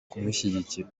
kumushyigikira